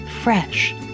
fresh